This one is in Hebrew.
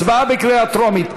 הצבעה בקריאה טרומית.